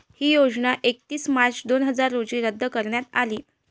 ही योजना एकतीस मार्च दोन हजार रोजी रद्द करण्यात आली